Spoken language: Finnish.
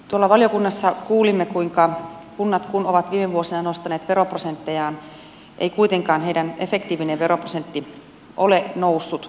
tuolla valiokunnassa kuulimme että vaikka kunnat ovat viime vuosina nostaneet veroprosenttejaan ei kuitenkaan heidän efektiivinen veroprosenttinsa ole noussut